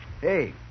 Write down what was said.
Hey